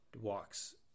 walks